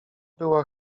była